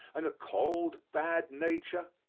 and a cold, bad nature,